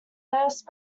first